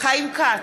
חיים כץ,